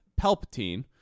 Palpatine